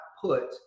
put